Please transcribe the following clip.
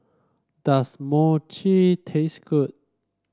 does Mochi taste good